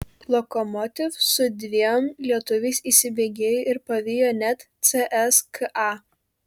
lokomotiv su dviem lietuviais įsibėgėjo ir pavijo net cska